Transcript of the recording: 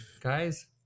guys